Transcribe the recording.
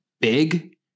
big